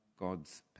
God's